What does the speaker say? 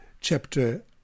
chapter